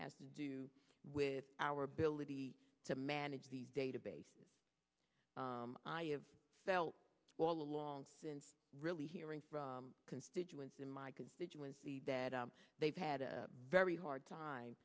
has to do with our ability to manage the database i have felt all along since really hearing from constituents in my constituents the bad they've had a very hard time